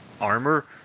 armor